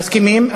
מסכימים?